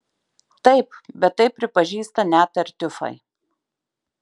taip bet tai pripažįsta net tartiufai